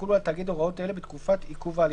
יחולו על התאגיד הוראות אלה בתקופת עיכוב ההליכים: